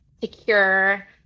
secure